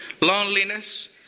Loneliness